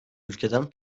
ülkeden